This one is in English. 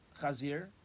Chazir